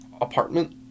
apartment